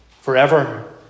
Forever